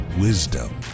wisdom